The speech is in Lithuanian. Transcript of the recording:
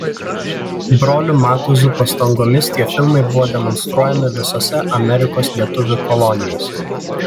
brolių matuzų pastangomis tie filmai buvo demonstruojami visose amerikos lietuvių kolonijose